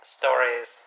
stories